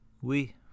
Oui